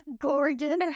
gorgeous